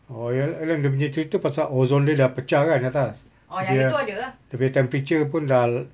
oh ya lah dia punya cerita pasal ozon dia dah pecah kan di atas dia dia punya temperature pun dah l~